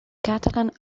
catalan